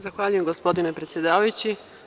Zahvaljujem gospodine predsedavajući.